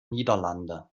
niederlande